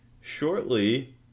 shortly